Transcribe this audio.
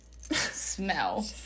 smell